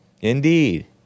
Indeed